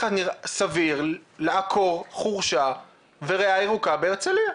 סביר לעקור חורשה וריאה ירוקה בהרצליה,